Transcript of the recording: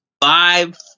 Five